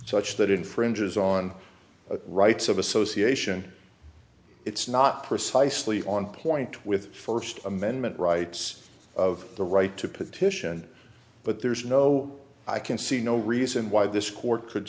such that infringes on the rights of association it's not precisely on point with first amendment rights of the right to petition but there's no i can see no reason why this court could